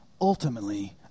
ultimately